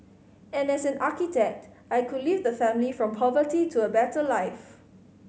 and as an architect I could leave the family from poverty to a better life